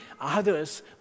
others